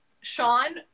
Sean